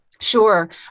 Sure